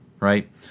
right